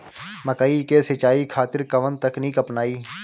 मकई के सिंचाई खातिर कवन तकनीक अपनाई?